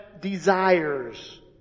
desires